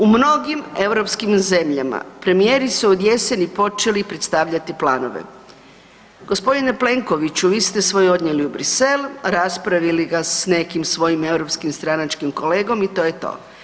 U mnogim europskim zemljama premijeri su od jeseni počeli predstavljati planove, g. Plenkoviću vi ste svoj odnijeli u Brisel, raspravili ga s nekim svojim europskim i stranačkim kolegom i to je to.